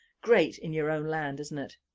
great in your own land isn't it?